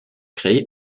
créé